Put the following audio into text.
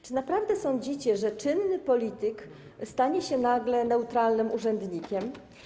Czy naprawdę sądzicie, że czynny polityk stanie się nagle neutralnym urzędnikiem?